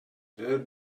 tear